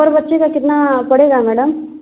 पर बच्चे का कितना पड़ेगा मैडम